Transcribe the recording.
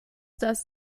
das